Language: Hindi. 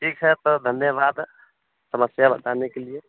ठीक है तो धन्यवाद समस्या बताने के लिए